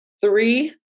three